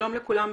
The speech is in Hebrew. שלום לכולם,